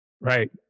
Right